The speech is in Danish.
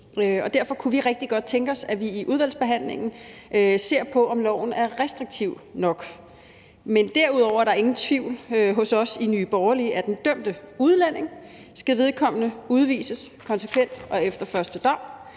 derfor kunne vi rigtig godt tænke os, at vi i udvalgsbehandlingen ser på, om loven er restriktiv nok. Men derudover er der ingen tvivl hos os i Nye Borgerlige om, at er den dømte udlænding, skal vedkommende udvises konsekvent og efter første dom.